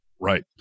Right